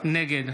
נגד